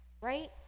right